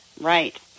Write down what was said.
Right